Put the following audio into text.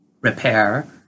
repair